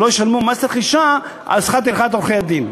שלא ישלמו מס רכישה על שכר טרחת עורכי-הדין,